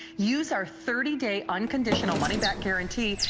use our thirty day unconditional money back guarantee,